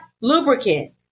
lubricant